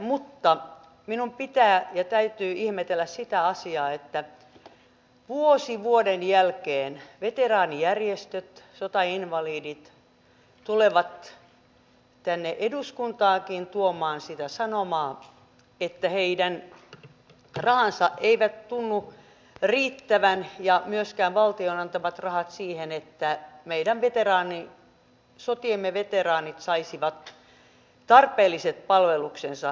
mutta minun pitää ja täytyy ihmetellä sitä asiaa että vuosi vuoden jälkeen veteraanijärjestöt sotainvalidit tulevat tänne eduskuntaankin tuomaan sitä sanomaa että heidän rahansa eivät tunnu riittävän ja eivät myöskään valtion antamat rahat siihen että meidän sotiemme veteraanit joka ikinen saisivat tarpeelliset palveluksensa